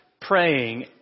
praying